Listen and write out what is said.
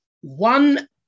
one